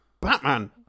Batman